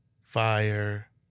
fire